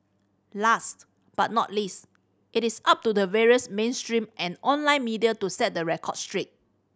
last but not least it is up to the various mainstream and online media to set the record straight